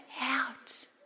out